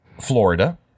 Florida